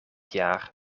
jaar